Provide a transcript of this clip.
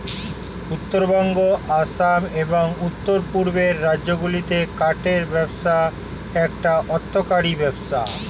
উত্তরবঙ্গ, আসাম, এবং উওর পূর্বের রাজ্যগুলিতে কাঠের ব্যবসা একটা অর্থকরী ব্যবসা